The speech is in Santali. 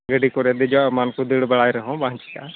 ᱜᱟᱹᱰᱤ ᱠᱚᱨᱮ ᱫᱮᱡᱚᱜ ᱮᱢᱟᱱ ᱠᱚ ᱫᱟᱹᱲ ᱵᱟᱲᱟᱭ ᱨᱮᱦᱚᱸ ᱵᱟᱝ ᱪᱤᱠᱟᱹᱜᱼᱟ